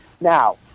Now